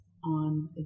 on